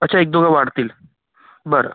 अच्छा एक दोघं वाढतील बरं